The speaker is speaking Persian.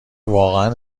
واقعا